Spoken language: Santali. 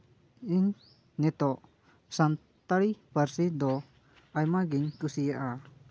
ᱤᱧ ᱱᱤᱛᱳᱜ ᱥᱟᱱᱛᱟᱲᱤ ᱯᱟᱹᱨᱥᱤ ᱫᱚ ᱟᱭᱢᱟ ᱜᱤᱧ ᱠᱩᱥᱤᱭᱟᱜᱼᱟ